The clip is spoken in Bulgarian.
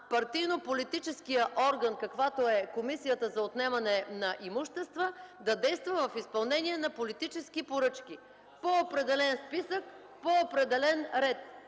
партийнополитическия орган каквато е комисията за отнемане на имущества, да действа в изпълнение на политически поръчки по определен списък, при определен ред,